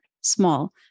small